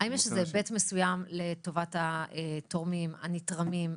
האם יש איזה היבט מסוים לטובת התורמים, הנתרמים?